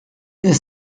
this